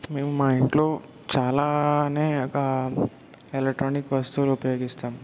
మేము మా ఇంట్లో చాలానే ఒక ఎలక్ట్రానిక్ వస్తువులు ఉపయోగిస్తాం